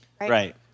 Right